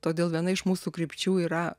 todėl viena iš mūsų krypčių yra